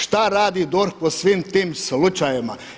Šta radi DORH po svim tim slučajevima?